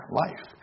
life